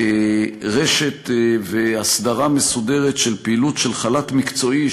רשת והסדרה מסודרת של פעילות של חל"ת מקצועי,